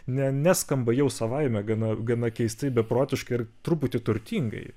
ne neskamba jau savaime gana gana keistai beprotiškai ir truputį turtingai